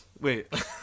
Wait